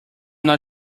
not